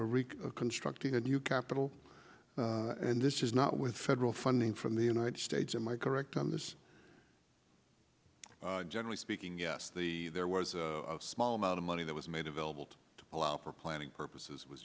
rig constructing a new capital and this is not with federal funding from the united states am i correct on this generally speaking yes the there was a small amount of money that was made available to allow for planning purposes was